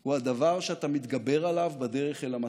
הוא הדבר שאתה מתגבר עליו בדרך אל המטרה.